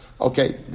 Okay